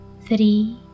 three